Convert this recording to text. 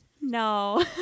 No